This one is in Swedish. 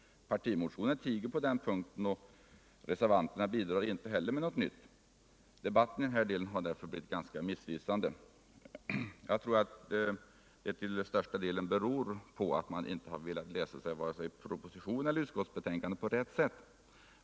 Partimotionen tiger på den punkien, och reservanterna bidrar inte heller med något nytt. Debatten i den här delen har därför blivit ganska missvisande. Jag tror att det till största delen beror på att man inte har velat läsa vare sig proposition eller utskottsbetänkande på rätt sätt.